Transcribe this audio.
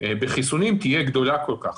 בחיסונים תהיה גדולה כל כך,